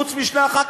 חוץ משני חברי